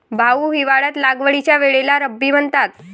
भाऊ, हिवाळ्यात लागवडीच्या वेळेला रब्बी म्हणतात